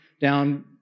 down